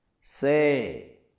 Say